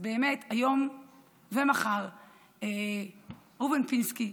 אז באמת היום ומחר ראובן פינסקי,